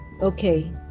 Okay